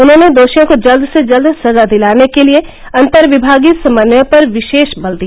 उन्होंने दोषियों को जल्द से जल्द सजा दिलाने के लिए अंतर विभागीय समन्वय पर विशेष बल दिया